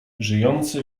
żyjący